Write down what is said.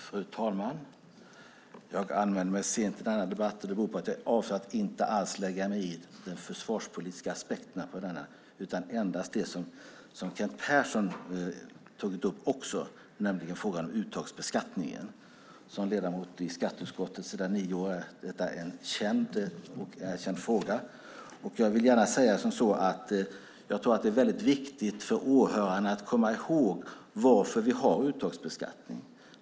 Fru talman! Jag anmälde mig sent i debatten, och det beror på att jag inte alls avser att lägga mig i den försvarspolitiska aspekten utan endast vill kommentera det som Kent Persson tog upp om uttagsbeskattningen. Som ledamot i skatteutskottet sedan nio år vet jag att detta är en känd och erkänd fråga. Det är viktigt för åhörarna att komma ihåg varför vi har uttagsbeskattning.